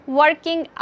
working